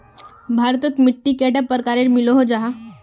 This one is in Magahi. भारत तोत मिट्टी कैडा प्रकारेर मिलोहो जाहा?